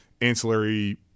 ancillary